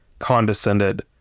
condescended